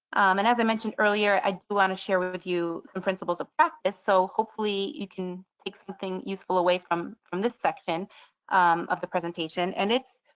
and as i mentioned earlier, i do want to share with with you in principle, the fact is so hopefully you can take something useful away from from this section of the presentation. and it's